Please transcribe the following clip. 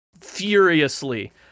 furiously